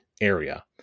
area